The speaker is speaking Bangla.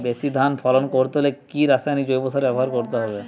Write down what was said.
বেশি ধান ফলন করতে হলে কি রাসায়নিক জৈব সার ব্যবহার করতে হবে?